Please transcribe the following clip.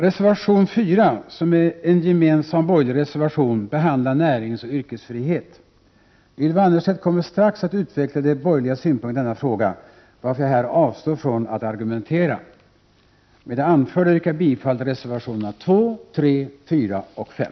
Reservation 4, som är en gemensam borgerlig reservation, behandlar näringsoch yrkesfrihet. Ylva Annerstedt kommer strax att utveckla de borgerliga synpunkterna i denna fråga, varför jag här avstår från att argumentera. Med det anförda yrkar jag bifall till reservationerna 2, 3, 4 och 5.